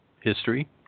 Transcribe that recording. history